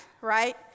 right